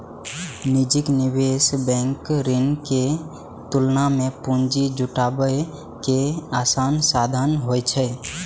निजी निवेश बैंक ऋण के तुलना मे पूंजी जुटाबै के आसान साधन होइ छै